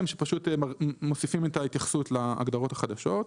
שמוסיפים את ההתייחסות להגדרות החדשות.